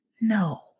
No